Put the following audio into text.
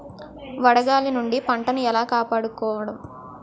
వడగాలి నుండి పంటను ఏలా కాపాడుకోవడం?